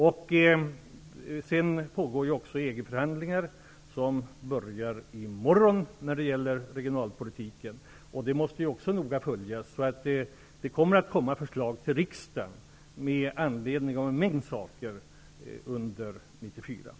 Det kommer också att pågå EG-förhandlingar. De som gäller regionalpolitiken börjar i morgon. Också detta måste följas noga. Det kommer att presenteras förslag för riksdagen under 1994 med anledning av en mängd saker.